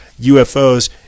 UFOs